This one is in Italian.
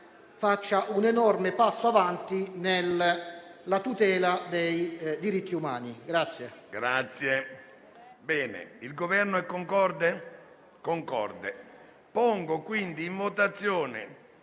compiere un enorme passo in avanti nella tutela dei diritti umani.